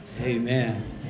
Amen